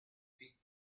feet